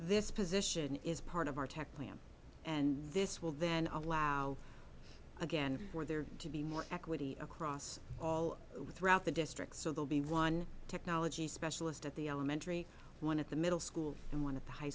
this position is part of our tech plan and this will then allow again for there to be more equity across all throughout the district so they'll be one technology specialist at the elementary one at the middle school and one of the high